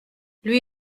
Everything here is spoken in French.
lui